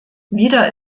wieder